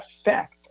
effect